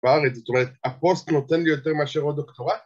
בארץ, זאת אומרת, הפוסט נותן לי יותר מאשר עוד דוקטורט?